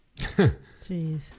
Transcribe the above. Jeez